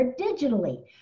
digitally